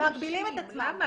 למה?